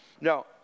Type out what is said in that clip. Now